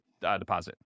deposit